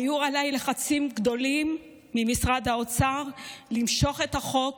היו עליי לחצים גדולים ממשרד האוצר למשוך את החוק